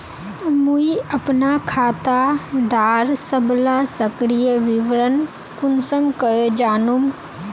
मुई अपना खाता डार सबला सक्रिय विवरण कुंसम करे जानुम?